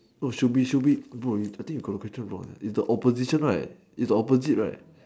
no should be should bro I think you got the picture wrong is the opposition right is the opposite right